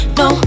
no